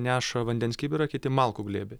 neša vandens kibirą kiti malkų glėbį